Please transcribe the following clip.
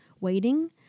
waiting